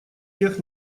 всех